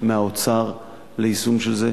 מהאוצר ליישום של זה.